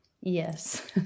Yes